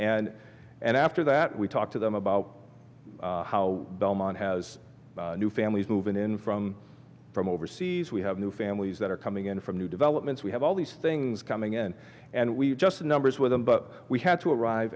and and after that we talked to them about how belmont has new families moving in from from overseas we have new families that are coming in from new developments we have all these things coming in and we've just numbers with them but we had to arrive